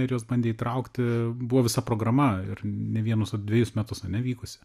ir juos bandė įtraukti buvo visa programa ir ne vienus ar dvejus metus ane vykusi